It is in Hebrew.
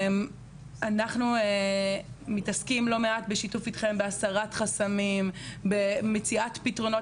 אנחנו מתעסקים לא מעט בשיתוף איתכם: בהסרת חסמים; במציאת פתרונות